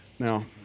Now